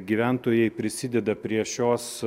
gyventojai prisideda prie šios